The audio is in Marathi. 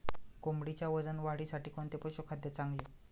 कोंबडीच्या वजन वाढीसाठी कोणते पशुखाद्य चांगले?